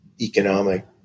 economic